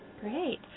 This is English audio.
Great